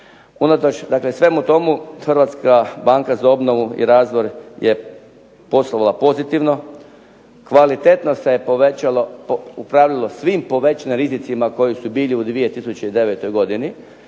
svemu tomu, Hrvatska banka za obnovu i razvoj je poslovala pozitivno, kvalitetno se povećalo u pravilu svim povećanim rizicima koji su bili u 2009. godini,